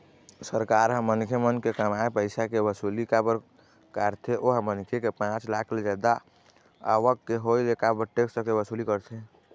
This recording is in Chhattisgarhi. सरकार ह मनखे मन के कमाए पइसा के वसूली काबर कारथे ओहा मनखे के पाँच लाख ले जादा आवक के होय ले काबर टेक्स के वसूली करथे?